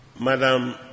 Madam